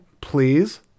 Please